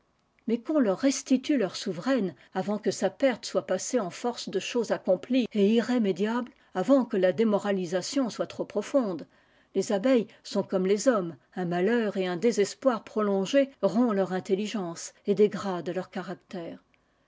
mais qu'on leur restitue leur souveraine avant que sa perte soit passée en force de chose accomplie et irrémédiable avant que la démoralisation soit trop profonde les abeilles sont comme les hommes un malheur et un désespoir prolongé rompt leur intelligence et dégrade leur caractère